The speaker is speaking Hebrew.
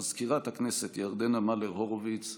מזכירת הכנסת ירדנה מלר-הורוביץ,